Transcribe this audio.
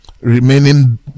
Remaining